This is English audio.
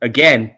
Again